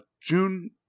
June